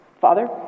Father